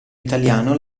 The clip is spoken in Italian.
italiano